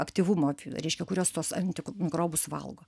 aktyvumo reiškia kurios tuos antimikrobus valgo